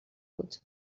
بود